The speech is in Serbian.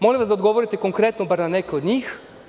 Molim vas da odgovorite konkretno bar na neka od njih.